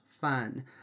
fun